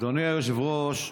אדוני היושב-ראש,